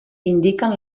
indiquen